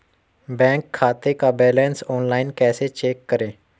Bank खाते का balance online कैसे चेक करें?